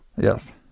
Yes